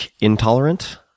intolerant